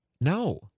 No